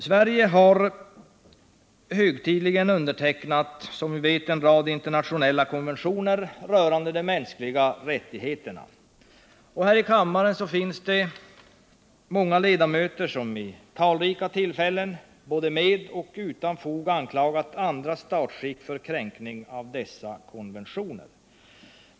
Sverige har, som vi vet, högtidligen undertecknat en rad internationella konventioner rörande de mänskliga rättigheterna. Här i kammaren finns många ledamöter som vid talrika tillfällen, både med och utan fog, anklagat andra statsskick för kränkning av dessa konventioner.